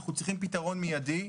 אנחנו צריכים פתרון מידי.